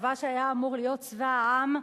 הצבא שהיה אמור להיות צבא העם,